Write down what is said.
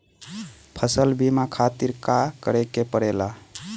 फसल बीमा खातिर का करे के पड़ेला?